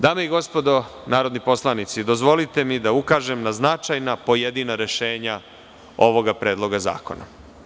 Dame i gospodo narodni poslanici, dozvolite mi da ukažem na značajna pojedina rešenja ovog predloga zakona.